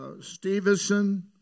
Stevenson